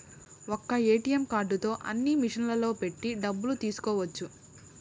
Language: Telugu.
ఒక్క ఏటీఎం కార్డుతో అన్ని మిషన్లలో పెట్టి డబ్బులు తీసుకోవచ్చు